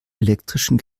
elektrischen